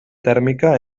tèrmica